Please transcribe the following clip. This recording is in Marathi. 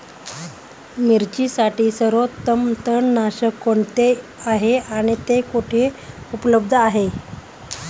मिरचीसाठी सर्वोत्तम तणनाशक कोणते आहे आणि ते कुठे उपलब्ध आहे?